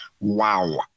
Wow